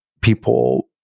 people